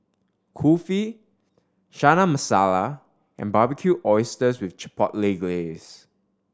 Kulfi Chana Masala and Barbecued Oysters with Chipotle Glaze